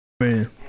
Man